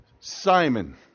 Simon